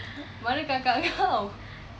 mana kakak kau